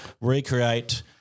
recreate